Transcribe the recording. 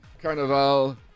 Carnival